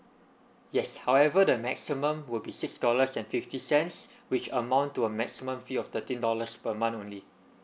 yes however the maximum will be six dollars and fifty cents which amount to a maximum fee of thirteen dollars per month only